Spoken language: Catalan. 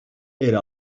era